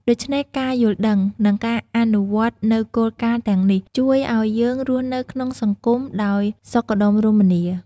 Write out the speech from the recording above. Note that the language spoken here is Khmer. ដូច្នេះ ការយល់ដឹង និងការអនុវត្តនូវគោលការណ៍ទាំងនេះ ជួយឱ្យយើងរស់នៅក្នុងសង្គមដោយសុខដុមរមនា។